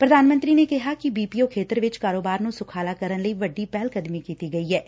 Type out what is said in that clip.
ਉਨੂਾ ਇਹ ਵੀ ਕਿਹਾ ਕਿ ਬੀ ਪੀ ਓ ਖੇਤਰ ਵਿਚ ਕਾਰੋਬਾਰ ਨੂੰ ਸੁਖਾਲਾ ਕਰਨ ਲਈ ਵੱਡੀ ਪਹਿਲ ਕਦਮੀ ਕੀਤੀ ਗਈ ਐਂ